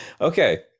Okay